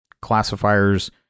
classifiers